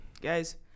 guys